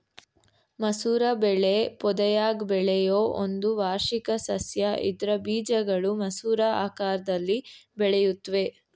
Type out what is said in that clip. ಮಸೂರ ಬೆಳೆ ಪೊದೆಯಾಗ್ ಬೆಳೆಯೋ ಒಂದು ವಾರ್ಷಿಕ ಸಸ್ಯ ಇದ್ರ ಬೀಜಗಳು ಮಸೂರ ಆಕಾರ್ದಲ್ಲಿ ಬೆಳೆಯುತ್ವೆ